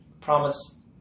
promise